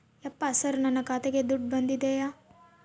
ಯಪ್ಪ ಸರ್ ನನ್ನ ಖಾತೆಗೆ ದುಡ್ಡು ಬಂದಿದೆಯ?